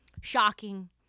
Shocking